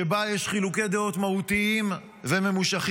שבה יש חילוקי דעות מהותיים וממושכים,